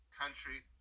country